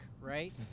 right